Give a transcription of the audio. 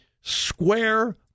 square